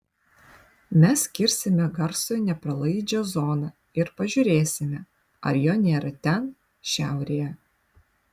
mes kirsime garsui nepralaidžią zoną ir pažiūrėsime ar jo nėra ten šiaurėje